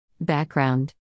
Background